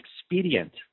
expedient